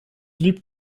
lieb